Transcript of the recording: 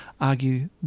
argue